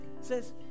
says